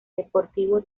deportivo